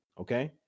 Okay